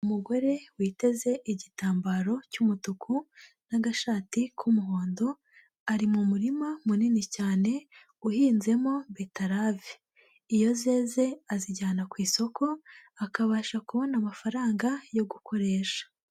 Umugore witeze igitambaro cy'umutuku n'agashati k'umuhondo, ari mu murima munini cyane uhinzemo beterave, iyo zeze azijyana ku isoko akabasha kubona amafaranga yo gukoresha.